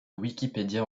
wikipédia